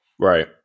right